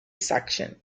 section